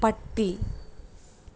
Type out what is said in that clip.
പട്ടി